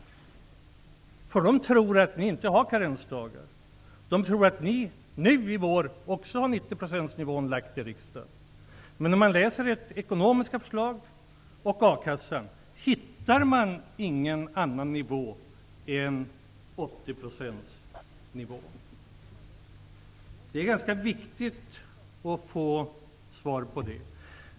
De tror att socialdemokraterna inte föreslår karensdagar. De tror att socialdemokraterna fortfarande föreslår 90 % i riksdagen. Men om man läser ert ekonomiska förslag och förslaget om akassa hittar man ingen annan nivå än 80 %. Det är viktigt att få svar på det.